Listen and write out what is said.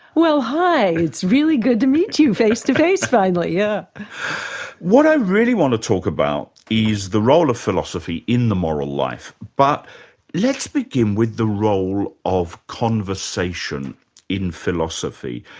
well hi, it's really good to meet you face to face finally. yeah what i really want to talk about is the role of philosophy in the moral life, but let's begin with the role of conversation in philosophy.